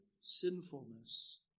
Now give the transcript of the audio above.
sinfulness